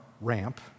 ramp